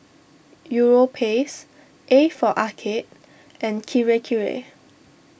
Europace A for Arcade and Kirei Kirei